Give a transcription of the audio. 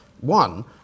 One